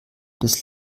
des